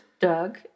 Doug